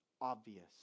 obvious